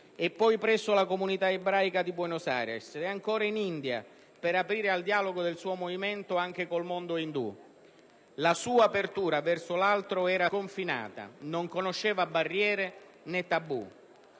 e poi presso la comunità ebraica di Buenos Aires, e ancora in India, per aprire il dialogo del suo movimento anche con il mondo indù. La sua apertura verso l'altro era sconfinata, non conosceva barriere né tabù.